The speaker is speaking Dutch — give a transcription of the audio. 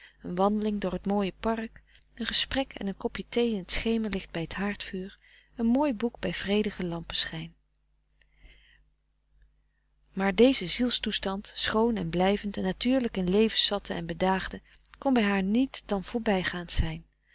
een wandeling door t mooie park een gesprek en een kopje thee in t schemerlicht bij t haardvuur een mooi boek bij vredigen lampenschijn maar deze zielstoestand schoon en blijvend en natuurlijk in levenszatten en bedaagden kon bij haar niet dan voorbijgaand zijn